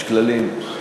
יש כללים.